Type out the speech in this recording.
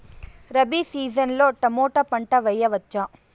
Rabi season లో tomato పంట వేయవచ్చా?